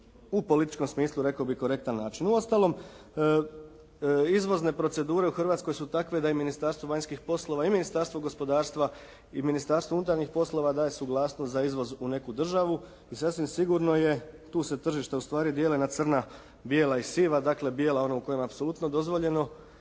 u političkom smislu rekao bih korektan način. Uostalom izvozne procedure u Hrvatskoj su takve da je Ministarstvo vanjskih poslova i Ministarstvo gospodarstva i Ministarstvo unutarnjih poslova daje suglasnost za izvoz u neku državu i sasvim sigurno je tu se tržište ustvari dijeli na crna, bijela i siva. Dakle bijela ona u kojima je apsolutno dozvoljeno